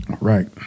Right